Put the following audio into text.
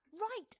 right